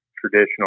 traditional